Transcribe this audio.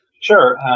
Sure